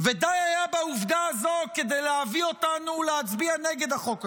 ודי היה בעובדה הזו כדי להביא אותנו להצביע נגד החוק הזה.